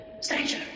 Stranger